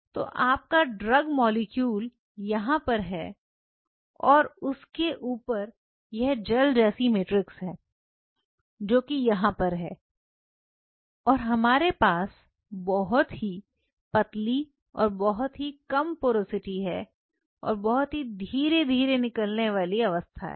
तो आपका drug molecule यहां पर है और उसके ऊपर यह जेल जैसी मैट्रिक्स है जो कि यहां पर है और हमारे पास बहुत ही पतली और बहुत ही कम पोरोसिटी है और बहुत ही धीरे धीरे निकालने वाली अवस्था है